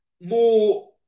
more